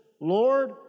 Lord